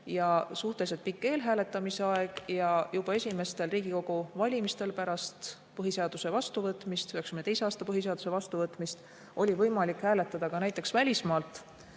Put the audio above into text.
ja suhteliselt pikk eelhääletamise aeg. Ja juba esimestel Riigikogu valimistel pärast 1992. aasta põhiseaduse vastuvõtmist oli võimalik hääletada ka näiteks välismaalt.